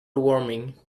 warming